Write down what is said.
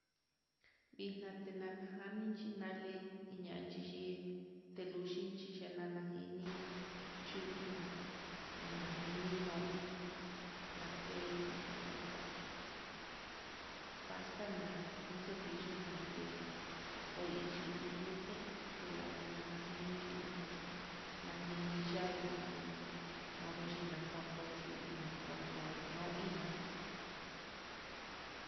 Vixnate tinana janlixhi, nanle iin ñanchi xi teluxhichi yenana nana yini luina nana noí, lakei yuu, pasta na'a no cepillo naté koiyuu nute telate tenana yeni yuuina najiniyai najini modo xhina jonto yui na kondo no iná.